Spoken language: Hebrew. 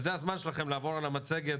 וזה הזמן שלכם לעבור על המצגת,